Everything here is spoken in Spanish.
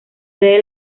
sede